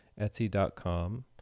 etsy.com